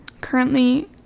currently